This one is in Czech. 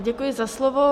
Děkuji za slovo.